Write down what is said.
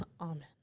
amen